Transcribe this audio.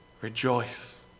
rejoice